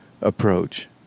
approach